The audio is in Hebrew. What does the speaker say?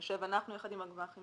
נשב אנחנו עם הגמ"חים,